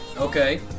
Okay